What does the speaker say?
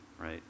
right